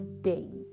days